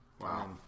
Wow